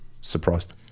surprised